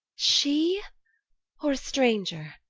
she or a stranger?